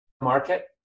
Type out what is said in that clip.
market